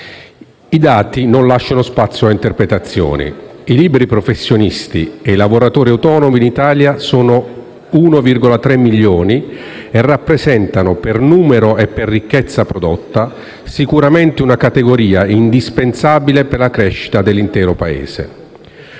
I dati non lasciano spazio ad interpretazioni. I liberi professionisti e i lavoratori autonomi in Italia sono 1,3 milioni e rappresentano per numero e per ricchezza prodotta sicuramente una categoria indispensabile per la crescita dell'intero Paese.